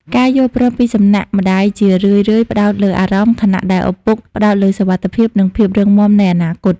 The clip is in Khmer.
ការយល់ព្រមពីសំណាក់ម្ដាយជារឿយៗផ្ដោតលើអារម្មណ៍ ខណៈដែលឪពុកផ្ដោតលើសុវត្ថិភាព និងភាពរឹងមាំនៃអនាគត។